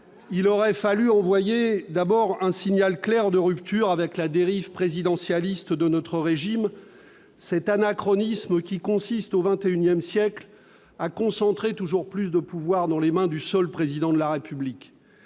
d'abord fallu envoyer un signal clair de rupture avec la dérive présidentialiste de notre régime : cet anachronisme qui consiste, au XXI siècle, à concentrer toujours plus de pouvoirs dans les mains du seul Président de la République.